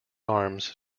arms